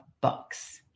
books